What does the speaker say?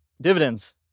dividends